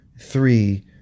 three